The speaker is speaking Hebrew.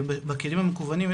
בכלים המקוונים,